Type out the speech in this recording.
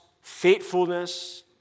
faithfulness